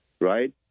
right